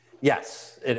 Yes